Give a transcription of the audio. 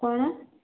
କ'ଣ